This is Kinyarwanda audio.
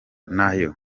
nayo